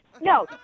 No